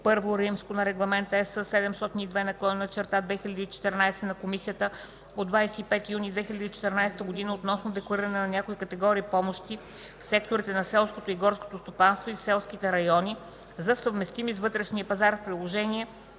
Приложение I на Регламент (ЕС) № 702/2014 на Комисията от 25 юни 2014 г. относно деклариране на някои категории помощи в секторите на селското и горското стопанство и в селските райони за съвместими с вътрешния пазар в приложение